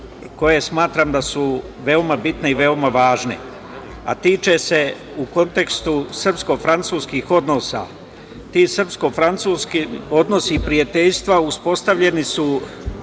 koje smatram da su veoma bitne i veoma važne, a tiče se u kontekstu srpsko-francuskih odnosa. Ti srpsko-francuski odnosi prijateljstva uspostavljeni su,